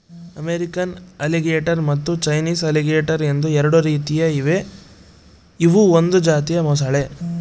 American alligator ಮತ್ತು Chinese alligator ಎಂದು ಎರಡು ರೀತಿ ಇವೆ ಇವು ಒಂದು ಜಾತಿಯ ಮೊಸಳೆ